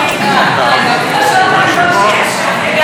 הודעת ראש הממשלה נתקבלה.